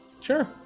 Sure